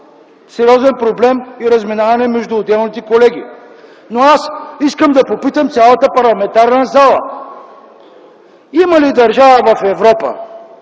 сериозен проблем и разминаване между отделните колеги. Аз искам да попитам цялата парламентарна зала: има ли държава в Европа,